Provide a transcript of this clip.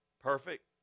Perfect